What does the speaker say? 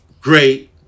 great